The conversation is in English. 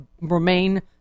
remain